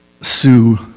Sue